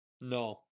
No